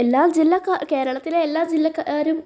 എല്ലാ ജില്ലക്കാരും കേരളത്തിലെ എല്ലാ ജില്ലക്കാരും